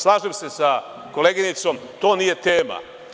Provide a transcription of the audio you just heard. Slažem se sa koleginicom da to nije tema.